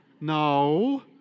No